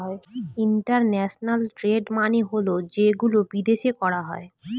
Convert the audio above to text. international trade মানে হল যেগুলো বিদেশে করা হয়